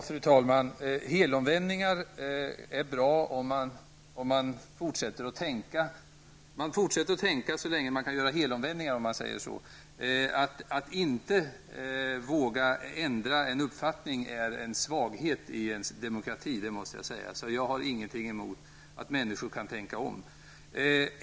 Fru talman! Helomvändningar är bra om man fortsätter att tänka. Man fortsätter att tänka så länge man kan göra helomvändningar, om man säger så. Att inte våga ändra en uppfattning är en svaghet i en demokrati, måste jag säga. Jag har därför ingenting emot att människor kan tänka om.